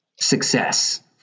success